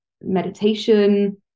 meditation